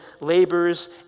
labors